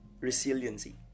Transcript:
resiliency